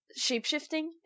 shapeshifting